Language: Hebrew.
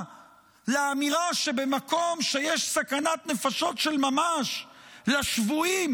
לאמירה שבמקום שיש סכנת נפשות של ממש לשבויים,